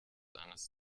eines